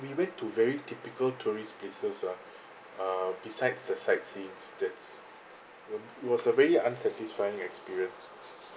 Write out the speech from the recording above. we went to very typical tourist places ah uh besides the sightseeing that's it was a very unsatisfying experience